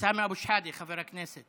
חבר הכנסת